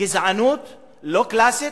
גזענות לא קלאסית,